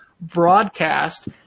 broadcast